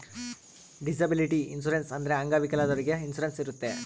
disability insurance ಅಂದ್ರೆ ಅಂಗವಿಕಲದವ್ರಿಗೆ insurance ಇರುತ್ತೆ